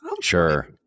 Sure